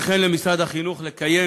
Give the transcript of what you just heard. וכן למשרד החינוך, לקיים